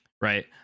right